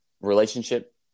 relationship